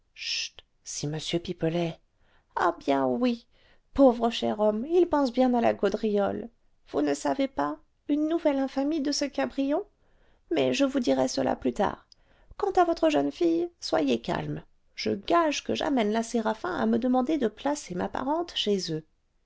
si m pipelet ah bien oui pauvre cher homme il pense bien à la gaudriole vous ne savez pas une nouvelle infamie de ce cabrion mais je vous dirai cela plus tard quant à votre jeune fille soyez calme je gage que j'amène la séraphin à me demander de placer ma parente chez eux